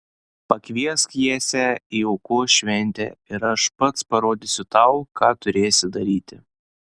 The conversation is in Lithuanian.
pakviesk jesę į aukos šventę ir aš pats parodysiu tau ką turėsi daryti